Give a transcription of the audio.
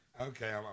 okay